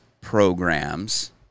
programs